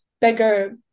bigger